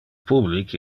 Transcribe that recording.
public